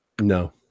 No